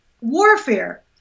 Warfare